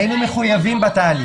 היינו מחויבים בתהליך.